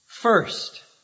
First